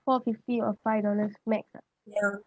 four fifty or five dollars max ah ya